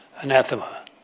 Anathema